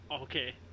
okay